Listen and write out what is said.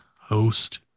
host